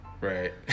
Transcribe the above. Right